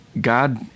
God